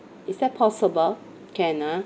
is that possible can ah